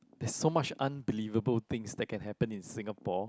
there's so much unbelievable things that can happen in Singapore